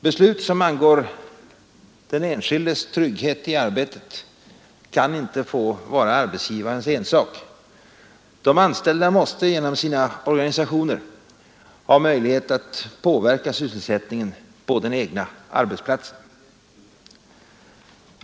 Beslut som angår den enskildes trygghet i arbetet kan inte få vara arbetsgivarens ensak. De anställda måste genom sina organisationer ha möjlighet att påverka sysselsättningen på den egna arbetsplatsen.